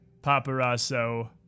Paparazzo